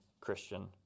Christian